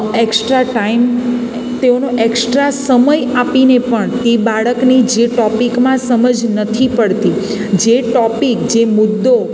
extra time તેઓનો extra સમય આપીને પણ તે બાળકને જે ટોપિકમાં સમજ નથી પડતી જે ટોપિક જે મુદ્દો